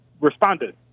responded